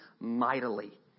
mightily